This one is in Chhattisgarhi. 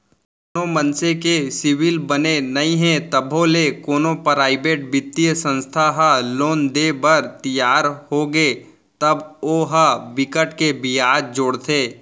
कोनो मनसे के सिविल बने नइ हे तभो ले कोनो पराइवेट बित्तीय संस्था ह लोन देय बर तियार होगे तब ओ ह बिकट के बियाज जोड़थे